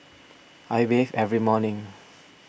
I bathe every morning